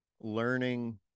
learning